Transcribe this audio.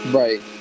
right